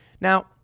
Now